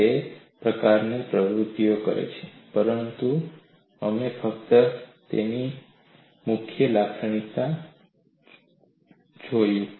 તેઓ આ પ્રકારની પ્રવૃત્તિ કરે છે પરંતુ અમે ફક્ત તેની મુખ્ય લાક્ષણિકતાઓ જોશું